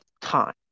time